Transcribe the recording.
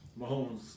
Mahomes